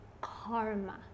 karma